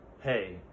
hey